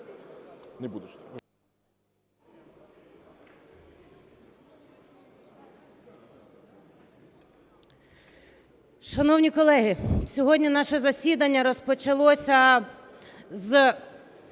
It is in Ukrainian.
Шановні колеги, сьогодні наше засідання розпочалося з